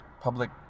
public